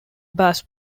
bas